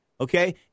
okay